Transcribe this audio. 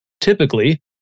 Typically